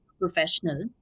professional